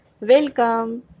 Welcome